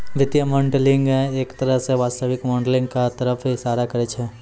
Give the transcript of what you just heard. वित्तीय मॉडलिंग एक तरह स वास्तविक मॉडलिंग क तरफ इशारा करै छै